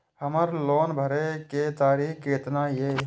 हमर लोन भरे के तारीख केतना ये?